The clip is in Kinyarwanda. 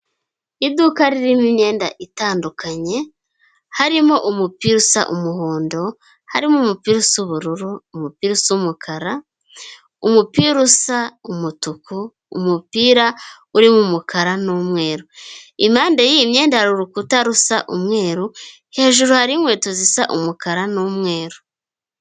Iduka ririmo imyenda itandukanye harimo umupira usa umuhondo, harimo umupira usa ubururu, umupira usa umukara, umupira usa umutuku, umupira urimo umukara n'umweru. Impande y'iyi myenda hari urukuta rusa umweru, hejuru hari inkweto zisa umukara n'umweru.